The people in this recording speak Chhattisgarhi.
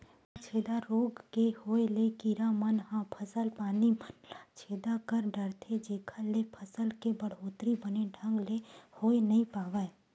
तनाछेदा रोग के होय ले कीरा मन ह फसल पानी मन ल छेदा कर डरथे जेखर ले फसल के बड़होत्तरी बने ढंग ले होय नइ पावय